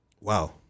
wow